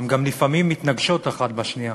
הן גם לפעמים מתנגשות אחת בשנייה.